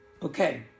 Okay